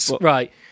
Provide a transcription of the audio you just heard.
Right